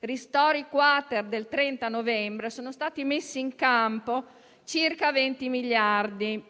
ristori-*quater* del 30 novembre, sono stati messi in campo circa 20 miliardi.